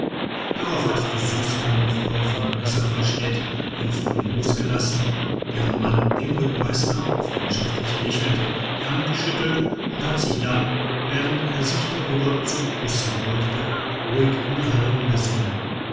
darauf hat die süße blonde frau von safferstätt ihre freundin losgelassen deren mann dem rittmeister freundschaftlich lächelnd die hand geschüttelt und hat sich dann während er sich darüber zum kusse beugte ruhig in die halle umgesehen